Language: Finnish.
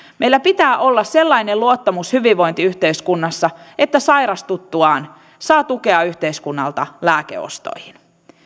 meillä pitää olla sellainen luottamus hyvinvointiyhteiskunnassamme että sairastuttuaan saa tukea yhteiskunnalta lääkeostoihin